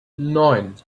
neun